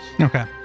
Okay